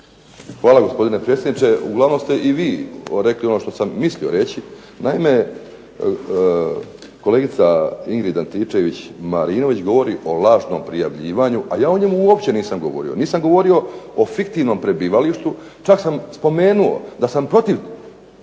Hvala gospodine predsjedniče, uglavnom ste i vi rekli ono što sam mislio reći. Naime, kolegica Ingrid Antičević Marinović govori o lažnom prijavljivanju, a ja o njemu uopće nisam govorio. Nisam govorio o fiktivnom prebivalištu. Čak sam spomenuo da sam protiv